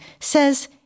says